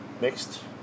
mixed